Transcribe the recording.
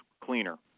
cleaner